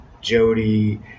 Jody